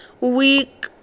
week